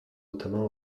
notamment